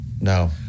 no